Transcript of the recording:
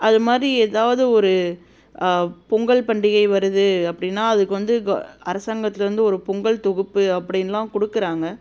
அதுமாதிரி எதாவது ஒரு பொங்கல் பண்டிகை வருது அப்படின்னா அதுக்கு வந்து க அரசாங்கத்தில் வந்து ஒரு பொங்கல் தொகுப்பு அப்படின்லாம் கொடுக்குறாங்க